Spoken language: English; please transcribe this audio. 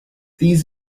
these